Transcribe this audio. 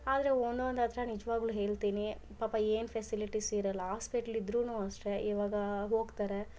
ಆದರೆ ಒಂದೊಂದು ಹತ್ತಿರ ನಿಜವಾಗ್ಲು ಹೇಳ್ತೀನಿ ಪಾಪ ಏನು ಫೆಸಿಲಿಟಿಸು ಇರಲ್ಲ ಆಸ್ಪೆಟ್ಲ್ ಇದ್ರೂ ಅಷ್ಟೇ ಇವಾಗ ಹೋಗ್ತಾರೆ